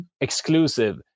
exclusive